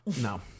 No